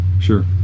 sure